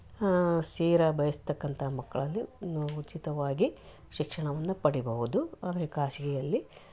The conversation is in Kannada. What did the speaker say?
ಆ ಸೇರ ಬಯಸ್ತಕ್ಕಂಥ ಮಕ್ಕಳಲ್ಲಿ ಉಚಿತವಾಗಿ ಶಿಕ್ಷಣವನ್ನ ಪಡೆಯಬೌದು ಆದರೆ ಖಾಸಗಿಯಲ್ಲಿ